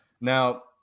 Now